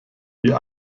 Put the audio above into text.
ihr